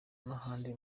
n’ahandi